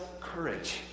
courage